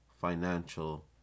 financial